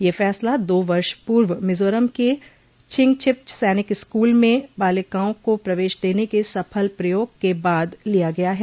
यह फैसला दो वर्ष पूर्व मिजोरम के छिंगछिप सैनिक स्कूल में बालिकाओं को प्रवेश देने के सफल प्रयोग के बाद लिया गया है